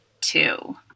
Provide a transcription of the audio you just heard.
two